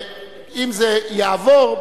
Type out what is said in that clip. אם זה יעבור,